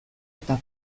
eta